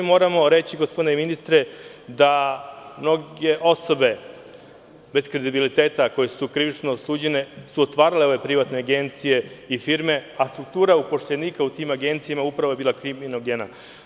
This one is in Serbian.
Moramo reći, gospodine ministre, da mnoge osobe bez kredibiliteta koje su krivično osuđivane su otvarale ove privatne agencije i firme, a struktura upošljenika u tim agencijama je upravo bila kriminogena.